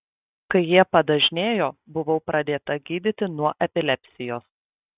kai jie padažnėjo buvau pradėta gydyti nuo epilepsijos